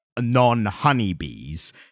non-honeybees